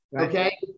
okay